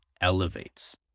elevates